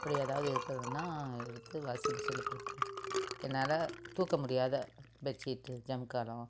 அப்படி எதாவது இருக்குதுன்னால் எடுத்து வாஷிங் மிஷின்ல போட்டிருவேன் என்னால் தூக்க முடியாத பெட்ஷீட்டு ஜமுக்காளம்